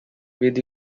with